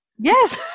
Yes